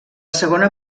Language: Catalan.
segona